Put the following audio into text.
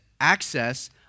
access